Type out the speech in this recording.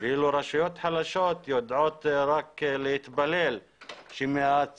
ואילו רשויות חלשות יודעת רק להתפלל שמההצפות